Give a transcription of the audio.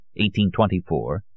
1824